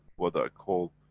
what i call,